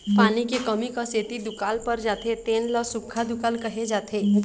पानी के कमी क सेती दुकाल पर जाथे तेन ल सुक्खा दुकाल कहे जाथे